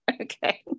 Okay